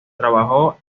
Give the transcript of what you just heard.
trabajó